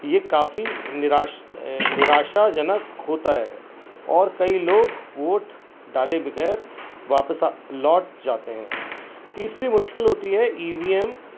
یہ کافی نراش نراشاجنک ہوتا ہے اور کئی لوگ ووٹ ڈالے بغیر واپس آ لوٹ جاتے ہیں تیسری مشکل ہوتی ہے ای وی ایم